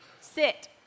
Sit